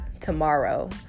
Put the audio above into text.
tomorrow